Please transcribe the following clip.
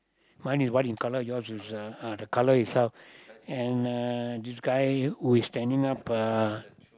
mine is white in colour yours is uh uh the colour itself and uh this guy who is standing up uh